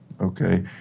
Okay